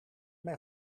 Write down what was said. mij